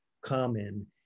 common